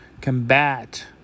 Combat